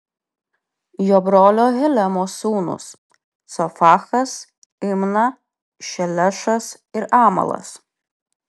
jo brolio helemo sūnūs cofachas imna šelešas ir amalas